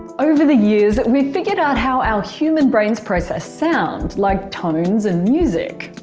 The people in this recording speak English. over the years, we've figured out how our human brains process sound, like tones and music.